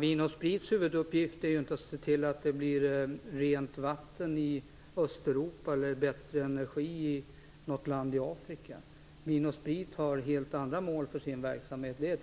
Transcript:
Vin & Sprits huvuduppgift är inte att se till att det blir rent vatten i Östeuropa eller bättre energi i något land i Afrika, utan Vin & Sprit AB har helt andra mål för sin verksamhet.